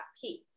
piece